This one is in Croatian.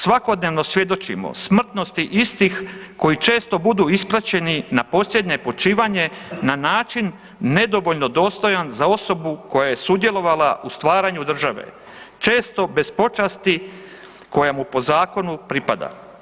Svakodnevno svjedočimo smrtnosti istih koji često budu ispraćeni na posljednje počivanje na način nedovoljno dostojan za osobu koja je sudjelovala u stvaranju države, često bez počasti koja mu po zakonu pripada.